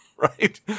right